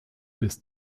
bis